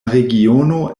regiono